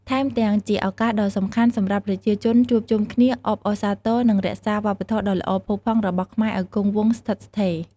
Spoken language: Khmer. ថែមទាំងជាឱកាសដ៏សំខាន់សម្រាប់ប្រជាជនជួបជុំគ្នា អបអរសាទរ និងរក្សាវប្បធម៌ដ៏ល្អផូរផង់របស់ខ្មែរឱ្យគង់វង្សស្ថិតស្ថេរ។